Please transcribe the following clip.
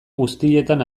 guztietan